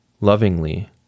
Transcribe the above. lovingly